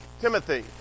timothy